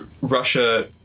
Russia